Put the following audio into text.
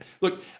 look